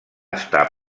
estar